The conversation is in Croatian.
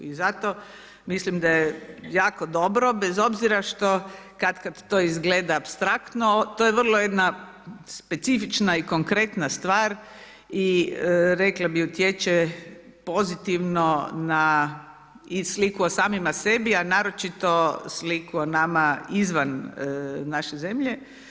I zato mislim da je jako dobro bez obzira što kad kad to izgleda apstraktno to je vrlo jedna specifična i konkretna stvar i rekla bih utječe pozitivno na i sliku o samima sebi a naročito sliku o nama izvan naše zemlje.